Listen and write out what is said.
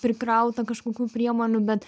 prikrautą kažkokių priemonių bet